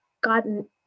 gotten